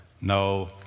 no